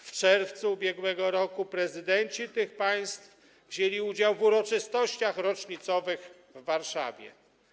W czerwcu ub.r. prezydenci tych państw wzięli udział w uroczystościach rocznicowych w Warszawie.